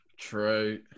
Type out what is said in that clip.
True